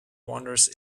wonders